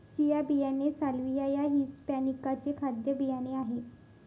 chia बियाणे salvia या hispanica चे खाद्य बियाणे आहे